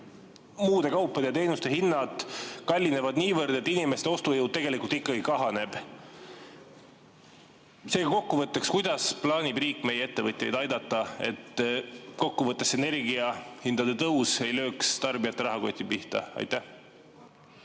muude kaupade ja teenuste hinnad kallinevad niivõrd, et inimeste ostujõud tegelikult ikkagi kahaneb. Seega kokku võttes: kuidas plaanib riik meie ettevõtjaid aidata, et energiahindade tõus ei lööks tarbijate rahakoti pihta? Hea